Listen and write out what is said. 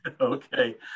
Okay